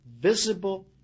visible